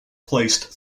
placed